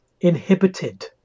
inhibited